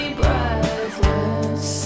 breathless